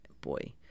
Boy